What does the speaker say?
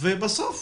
ובסוף